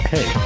Hey